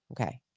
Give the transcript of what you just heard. Okay